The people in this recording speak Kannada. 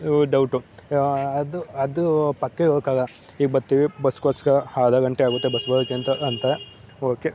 ಡೌಟು ಅದು ಅದೂ ಪಕ್ಕ ಹೇಳೋಕ್ಕಾಗೋಲ್ಲ ಈಗ ಬರ್ತೀವಿ ಬಸ್ಗೋಸ್ಕರ ಆದ ಗಂಟೆ ಆಗುತ್ತೆ ಬಸ್ ಬರೋಕೆ ಅಂತ ಅಂತಾರೆ ಓಕೆ